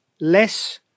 less